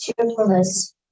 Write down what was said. cheerfulness